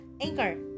Anchor